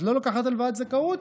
את לא לוקחת הלוואת זכאות?